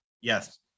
Yes